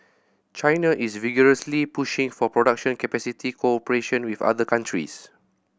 China is vigorously pushing for production capacity cooperation with other countries